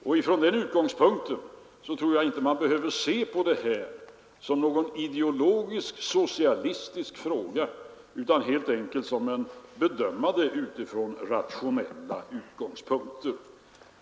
Med hänvisning härtill tror jag inte man behöver se på detta som någon ideologisk-socialistisk fråga, utan man kan helt enkelt bedöma den från rationella utgångspunkter.